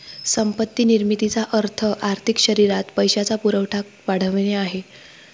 संपत्ती निर्मितीचा अर्थ आर्थिक शरीरात पैशाचा पुरवठा वाढवणे आहे